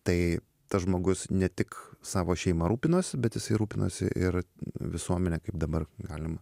tai tas žmogus ne tik savo šeima rūpinosi bet jisai rūpinosi ir visuomene kaip dabar galima